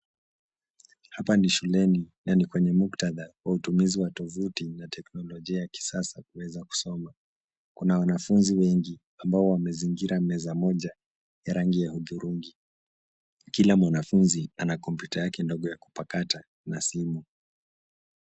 Hapa ni shuleni na ni kwenye muktadha wa utumizi wa tovuti na teknolojia ya kisasa kuweza kusoma. Kuna wanafunzi wengi ambao wamezingira meza moja ya rangi ya hudhurungi. Kila mwanafunzi ana kompyuta yake ya kupakata ya simu.